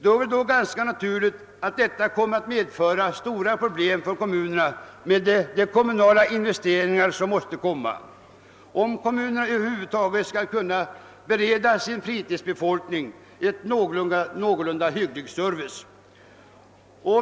Det är väl ganska naturligt att detta kommer att medföra stora problem för kommunerna med de kommunala investeringar som måste göras, om kommunerna över huvud taget skall kunna bereda sin fritidsbefolkning en någorlunda hygglig service.